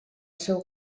seu